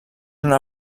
una